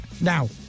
Now